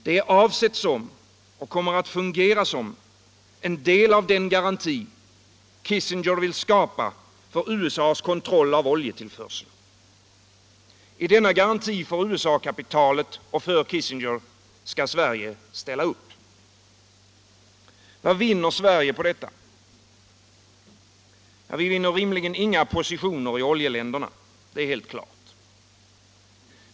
Det är avsett som och kommer att fungera som en del av den garanti Kissinger vill skapa för USA:s kontroll av oljetillförseln. I denna garanti för USA-kapitalet och för Kissinger skall Sverige ställa upp. Vad vinner Sverige på detta? Vi vinner rimligen inga positioner i oljeländerna, det är helt klart.